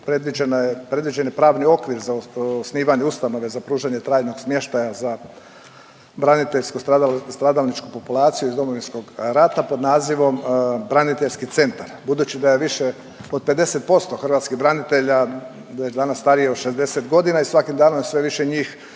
predviđen je pravni okvir za osnivanje ustanova za pružanje trajnog smještaja za braniteljsko-stradalničku populaciju iz Domovinskog rata pod nazivom braniteljski centar. Budući da je više od 50% hrvatskih branitelja danas starije od 60 godina i svakim danom je sve više njih